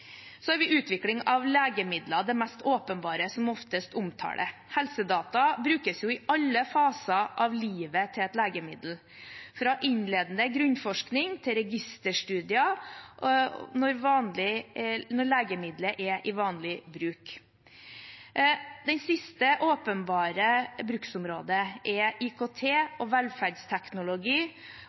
Så har vi utvikling av legemidler, det mest åpenbare, som oftest omtales. Helsedata brukes i alle faser av livet til et legemiddel, fra innledende grunnforskning til registerstudier og når legemiddelet er i vanlig bruk. Det siste åpenbare bruksområdet er IKT, velferdsteknologi og